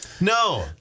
no